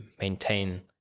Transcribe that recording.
maintain